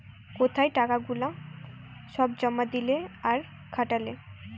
কোথায় টাকা গুলা সব জমা দিলে আর খাটালে